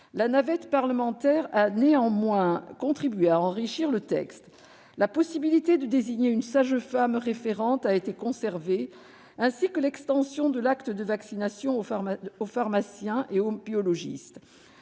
La navette parlementaire a néanmoins contribué à enrichir le texte. La possibilité de désigner une sage-femme référente a été maintenue, ainsi que l'extension de l'acte de vaccination aux pharmaciens et aux biologistes.